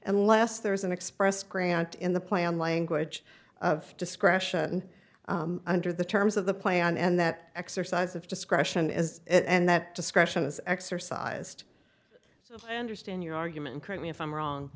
unless there is an express grant in the plan language of discretion under the terms of the plan and that exercise of discretion is and that discretion is exercised so i understand your argument currently if i'm wrong